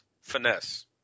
finesse